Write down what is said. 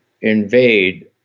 invade